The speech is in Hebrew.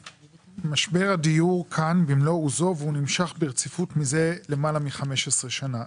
משבר הדיור כאן במלוא עוזו והוא נמשך ברציפות מזה למעלה מ-15 שנה.